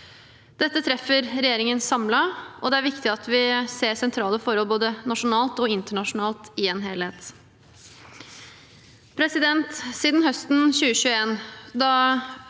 Dette treffer regjeringen samlet, og det er viktig at vi ser sentrale forhold, både nasjonalt og internasjonalt, i en helhet.